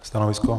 Stanovisko?